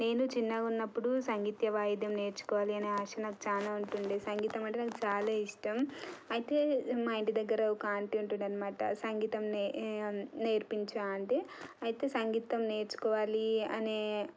నేను చిన్నగా ఉన్నపుడు సంగీత వాయిద్యం నేర్చుకోవాలి అని ఆశ నాకు చాలా ఉంటుండే సంగీతం అంటే నాకు చాలా ఇష్టం అయితే మా ఇంటి దగ్గర ఒక ఆంటీ ఉంటుండే అన్నమాట సంగీతం నేర్పించే ఆంటీ అయితే సంగీతం నేర్చుకోవాలి అనే